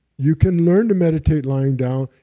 you can learn to meditate lying down,